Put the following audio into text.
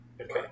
Okay